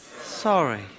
sorry